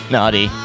Naughty